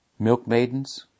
milkmaidens